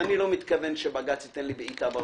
ואני לא מתכוון שבג"ץ ייתכן לי בעיטה בראש,